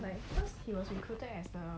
like first he was recruited as a